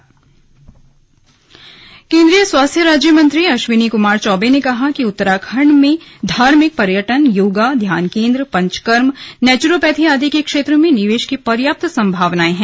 slug Ashwini Kumar Choubey केन्द्रीय स्वास्थ्य राज्य मंत्री अश्विनी कुमार चौबे ने कहा कि उत्तराखण्ड में धार्मिक पर्यटन योगा ध्यान केन्द्र पंचकर्म नेचुरलपैथी आदि के क्षेत्र में निवेश की पर्याप्त संभावनाएं हैं